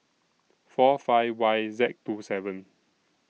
four five Y Z two seven